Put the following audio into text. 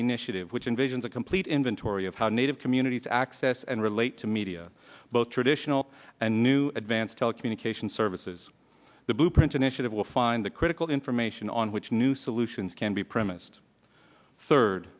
initiative which envisions a complete inventory of how native communities access and relate to media both traditional and new advanced telecommunications services the blueprints initiative will find the critical information on which new solutions can be premised third